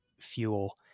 fuel